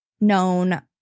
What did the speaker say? known